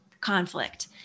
conflict